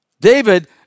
David